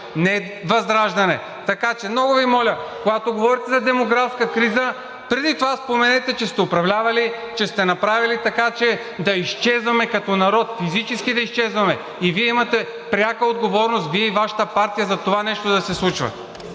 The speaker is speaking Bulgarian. не ВЪЗРАЖДАНЕ. Така че, много Ви моля, когато говорите за демографска криза, преди това споменете, че сте управлявали, че сте направили така, че да изчезваме като народ – физически да изчезваме, и Вие имате пряка отговорност – Вие и Вашата партия, това нещо да се случва.